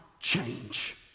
change